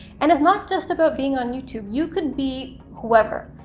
and it's not just about being on youtube. you could be whoever.